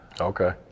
Okay